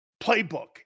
playbook